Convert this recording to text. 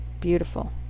Beautiful